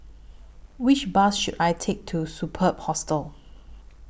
Which Bus should I Take to Superb Hostel